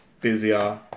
busier